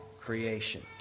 creation